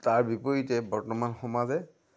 তাৰ বিপৰীতে বৰ্তমান সমাজে